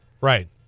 Right